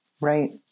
Right